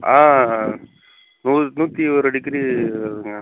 ஆ ஒரு நூற்றி ஒரு டிகிரி இருக்குங்க